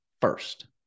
first